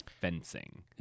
fencing